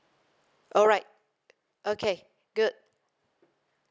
alright okay good